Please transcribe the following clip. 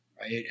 Right